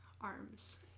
arms